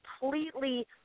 completely